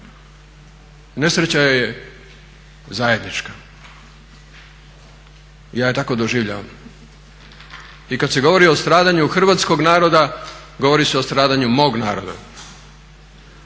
nesreća je zajedničke i ja je tako doživljavam. I kada se govori o stradanju hrvatskog naroda govori se o stradanju mog naroda,